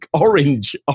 orange